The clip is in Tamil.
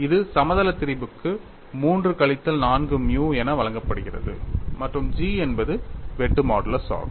இது சமதள திரிபுக்கு 3 கழித்தல் 4 மியூ என வழங்கப்படுகிறது மற்றும் G என்பது வெட்டு மாடுலஸ் ஆகும்